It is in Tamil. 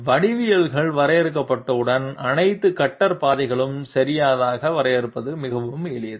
வடிவவியல்கள் வரையறுக்கப்பட்டவுடன் அனைத்து கட்டர் பாதைகளையும் சரியாக வரையறுப்பது மிகவும் எளிது